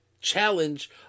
challenge